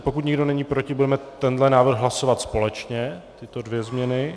Pokud někdo není proti, budeme tenhle návrh hlasovat společně, tyto dvě změny.